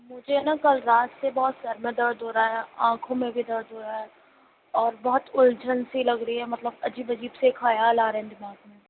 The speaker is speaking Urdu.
مجھے ہے نا کل رات سے بہت سر میں درد ہو رہا ہے آنکھوں میں بھی درد ہو رہا ہے اور بہت اُلجھن سی لگ رہی ہے مطلب عجیب عجیب سے خیال آ رہے ہیں دماغ میں